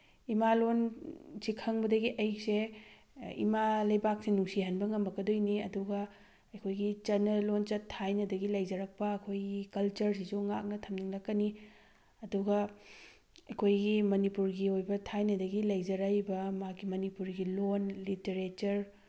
ꯏꯃꯥꯂꯣꯜꯁꯦ ꯈꯪꯕꯗꯒꯤ ꯑꯩꯁꯦ ꯏꯃꯥ ꯂꯩꯕꯥꯛꯁꯦ ꯅꯨꯡꯁꯤꯍꯟꯕ ꯉꯝꯃꯛꯀꯗꯣꯏꯅꯤ ꯑꯗꯨꯒ ꯑꯩꯈꯣꯏꯒꯤ ꯆꯠꯅ ꯂꯣꯟꯆꯠ ꯊꯥꯏꯅꯗꯒꯤ ꯂꯩꯖꯔꯛꯄ ꯑꯩꯈꯣꯏꯒꯤ ꯀꯜꯆꯔꯁꯤꯁꯨ ꯉꯥꯛꯅ ꯊꯝꯅꯤꯡꯂꯛꯀꯅꯤ ꯑꯗꯨꯒ ꯑꯩꯈꯣꯏꯒꯤ ꯃꯅꯤꯄꯨꯔꯒꯤ ꯑꯣꯏꯕ ꯊꯥꯏꯅꯗꯒꯤ ꯂꯩꯖꯔꯛꯏꯕ ꯃꯥꯒꯤ ꯃꯅꯤꯄꯨꯔꯤꯒꯤ ꯂꯣꯜ ꯂꯤꯇꯔꯦꯆꯔ